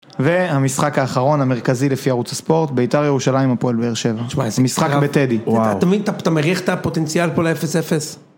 והמשחק האחרון, המרכזי לפי ערוץ הספורט, בית"ר ירושלים הפועל באר שבע. תשמע, איזה משחק בטדי, וואו. תמיד אתה מריח את הפוטנציאל פה ל-0-0.